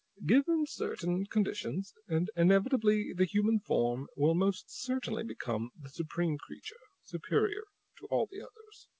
given certain conditions, and inevitably the human form will most certainly become the supreme creature, superior to all the others.